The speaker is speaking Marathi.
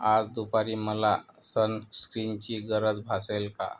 आज दुपारी मला सनस्क्रीनची गरज भासेल का